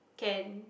can